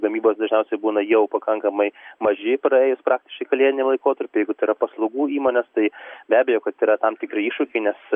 gamybos dažniausiai būna jau pakankamai maži praėjus praktiškai kalėdiniam laikotarpiui jeigu tai yra paslaugų įmonės tai be abejo kad yra tam tikri iššūkiai nes